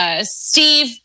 Steve